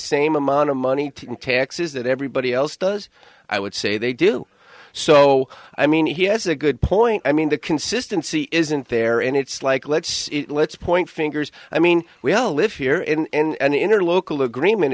same amount of money in taxes that everybody else does i would say they do so i mean he has a good point i mean the consistency isn't there and it's like let's let's point fingers i mean we all live here in the inner local agreement